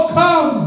come